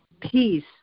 peace